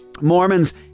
Mormons